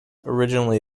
originally